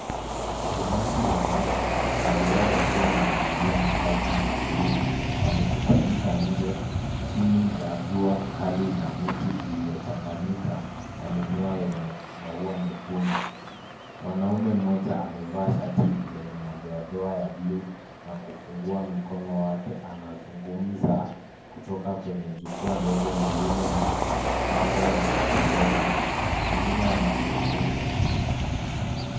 Umati wa watu wengi wao wakiwa wamevalia mavazi ya bluu, wamekusanyika nje chini ya jua Kali na miti iliyochanganyika na mimea yenye maua mekundu. Mwanaume moja amevaa shati lenye madoadoa ya bluu na kufungua mkono wake anazungumza kutoka kwenye chukwaa dogo lililo na pango la Kalonzo wengine wanamsunguka.